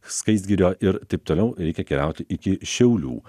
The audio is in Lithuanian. skaistgirio ir taip toliau reikia keliauti iki šiaulių